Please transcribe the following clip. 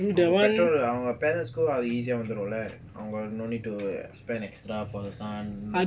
தேவையில்ல:thevailla our parents' school are easier வந்துடும்ல:vandhudumla don't need to spend extra for the son